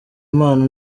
imana